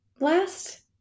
last